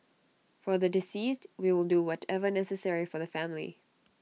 for the deceased we will do whatever necessary for the family